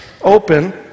Open